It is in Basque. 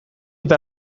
eta